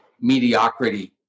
mediocrity